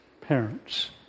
parents